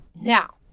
Now